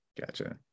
Gotcha